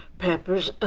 peppers,